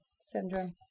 syndrome